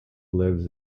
lives